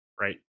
Right